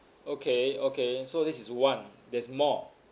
okay okay so this is one there's more